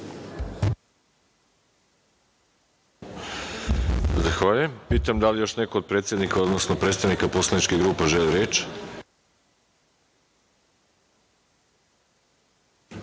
Zahvaljujem. Da li još neko od predsednika, odnosno predstavnika poslaničke grupe žele reč?